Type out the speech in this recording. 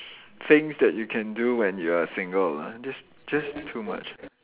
things that you can do when you are single lah just just too much ah